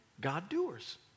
God-doers